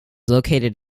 located